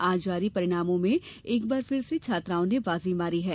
आज जारी परिणामों में एक बार फिर से छात्राओं ने बाजी मारी है